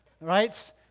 right